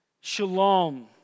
Shalom